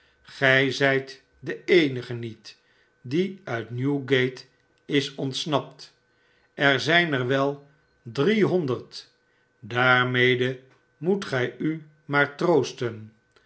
gij zijt de eenige niet die uit newgate isontsnapt er zijn er wel driehonderd daarmede moet gij u maar troosten